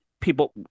people